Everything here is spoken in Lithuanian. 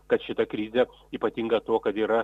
kad šita krizė ypatinga tuo kad yra